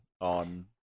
on